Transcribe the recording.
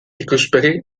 ikuspegi